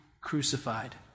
crucified